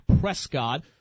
Prescott